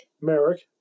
Merrick